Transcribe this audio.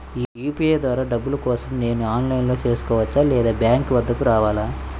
UPI ద్వారా డబ్బులు కోసం నేను ఆన్లైన్లో చేసుకోవచ్చా? లేదా బ్యాంక్ వద్దకు రావాలా?